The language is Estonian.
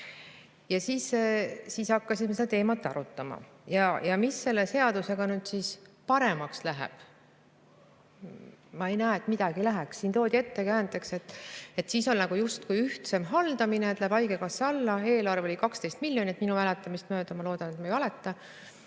Ja siis hakkasime seda teemat arutama. Mis selle seadusega nüüd paremaks läheb? Ma ei näe, et midagi läheks. Siin toodi ettekäändeks, et siis on justkui ühtsem haldamine, kui läheb haigekassa alla. Eelarve oli 12 miljonit, minu mäletamist mööda – ma loodan, et ma ei valeta